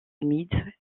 humides